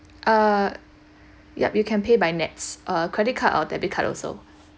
uh yup you can pay by nets uh credit card or debit card also